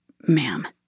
ma'am